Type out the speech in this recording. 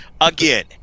again